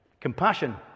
Compassion